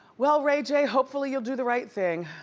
well ray j, hopefully you'll do the right thing.